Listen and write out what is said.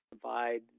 provide